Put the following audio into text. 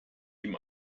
ihm